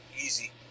Easy